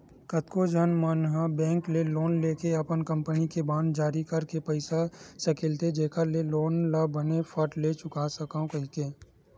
कतको झन मन ह बेंक ले लोन लेके अपन कंपनी के बांड जारी करके पइसा सकेलथे जेखर ले लोन ल बने फट ले चुका सकव कहिके